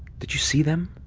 did you see them?